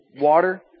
water